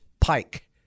Pike